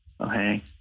Okay